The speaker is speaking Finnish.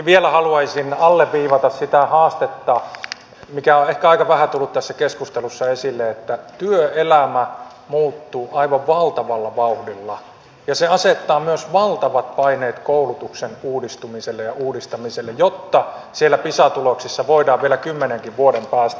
vielä haluaisin alleviivata sitä haastetta mikä on ehkä aika vähän tullut tässä keskustelussa esille että työelämä muuttuu aivan valtavalla vauhdilla ja se asettaa myös valtavat paineet koulutuksen uudistumiselle ja uudistamiselle jotta pisa tuloksissa voidaan vielä kymmenenkin vuoden päästä pärjätä